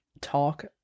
talk